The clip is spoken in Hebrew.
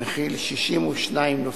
המכיל 62 נושאים,